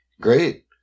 Great